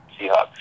Seahawks